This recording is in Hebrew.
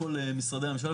לכל משרדי הממשלה,